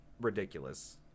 ridiculous